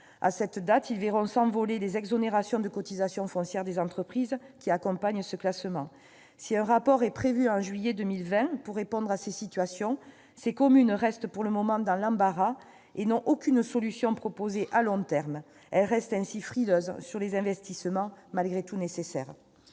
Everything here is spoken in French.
À cette date elles verront s'envoler les exonérations de cotisation foncière des entreprises qui accompagnent un tel classement. Si un rapport est prévu en juillet 2020 pour répondre à ces situations, ces communes sont pour le moment dans l'embarras et ne disposent d'aucune solution à long terme. Elles restent donc frileuses pour se lancer dans des investissements malgré tout nécessaires.